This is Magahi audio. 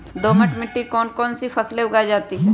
दोमट मिट्टी कौन कौन सी फसलें उगाई जाती है?